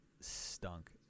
Stunk